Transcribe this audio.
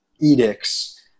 edicts